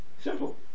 Simple